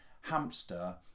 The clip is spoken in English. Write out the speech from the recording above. hamster